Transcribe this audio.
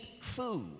food